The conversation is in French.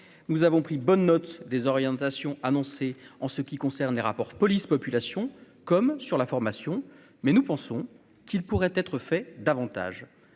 nous avons pris bonne note des orientations annoncées en ce qui concerne les rapports police-population comme sur la formation, mais nous pensons qu'il pourrait être fait davantage,